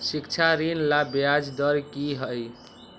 शिक्षा ऋण ला ब्याज दर कि हई?